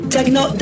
Techno